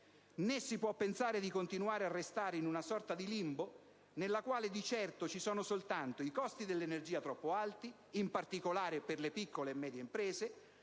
Né si può pensare di continuare a restare in una sorta di limbo in cui, di certo, ci sono soltanto i costi dell'energia troppo alti (in particolare per le piccole e medie imprese),